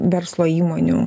verslo įmonių